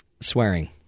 swearing